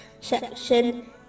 section